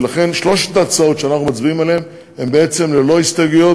ולכן שלוש ההצעות שאנחנו מצביעים עליהן הן בעצם ללא הסתייגויות.